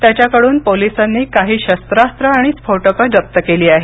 त्याच्याकडून पोलिसांनी काही शस्त्रास्त्रं आणि स्फोटकं जप्त केली आहेत